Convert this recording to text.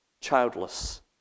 childless